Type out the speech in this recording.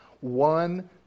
One